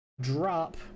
drop